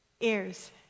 Ears